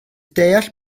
deall